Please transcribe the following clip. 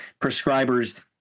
prescribers